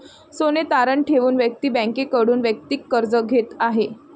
सोने तारण ठेवून व्यक्ती बँकेकडून वैयक्तिक कर्ज घेत आहे